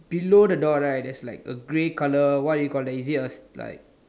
below the door right there's like a grey colour what do you call that is it a like